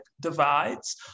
divides